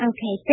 Okay